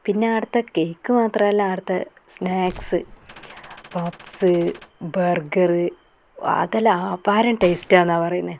പിന്നെ അവിടുത്തെ കേക്ക് മാത്രമല്ല അവിടുത്തെ സ്നാക്സ് പഫ്സ് ബർഗർ അതെല്ലാം അപാരം ടേസ്റ്റ് ആണെന്നാണ് പറയുന്നത്